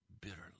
bitterly